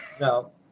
no